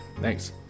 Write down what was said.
thanks